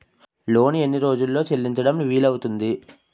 Loan ఎన్ని రోజుల్లో చెల్లించడం వీలు అవుతుంది?